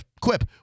Quip